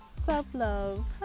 Self-love